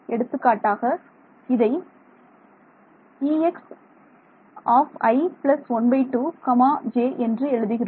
எடுத்துக்காட்டாக இது இதை Exi 12 j என்று எழுதுகிறோம்